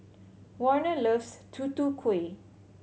Warner loves Tutu Kueh